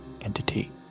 entity